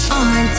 on